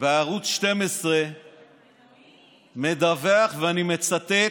בערוץ 12 מדווח, ואני מצטט,